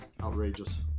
outrageous